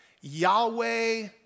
Yahweh